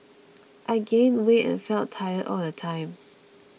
I gained weight and felt tired all the time